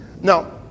Now